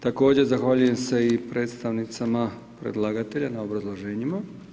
Također zahvaljujem se i predstavnicama predlagatelja na obrazloženjima.